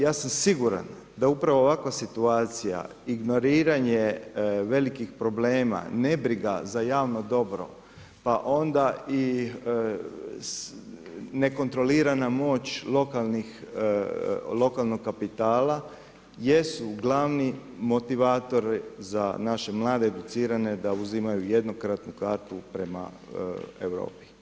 Ja sam siguran da upravo ovakva situacija, ignoriranje velikih problema, nebriga za javno dobro, pa onda i nekontrolirana moć lokalnog kapitala, jesu glavni motivator, za naše mlade, educirane, da uzimaju jednokratnu kartu prema Europi.